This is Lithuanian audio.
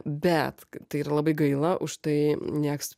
bet tai yra labai gaila už tai nieks